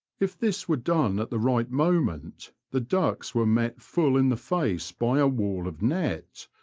if this were done at the right moment the ducks were met full in the face by a wall of net,